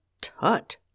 tut